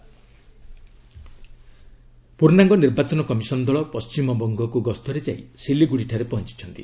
ଡବୁବି ECI ପୂର୍ଣ୍ଣାଙ୍ଗ ନିର୍ବାଚନ commission ଦଳ ପଶ୍ଚିମବଙ୍ଗକୁ ଗସ୍ତରେ ଯାଇ ସିଲିଗୁଡ଼ିଠାରେ ପହଞ୍ଚୁଛନ୍ତି